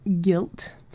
guilt